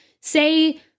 say